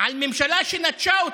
להם